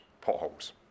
potholes